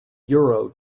euro